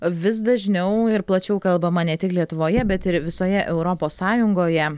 vis dažniau ir plačiau kalbama ne tik lietuvoje bet ir visoje europos sąjungoje